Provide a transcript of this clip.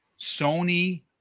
Sony